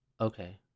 Okay